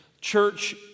church